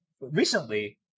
recently